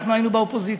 אנחנו היינו באופוזיציה,